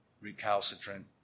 recalcitrant